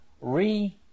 re